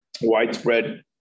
Widespread